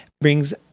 brings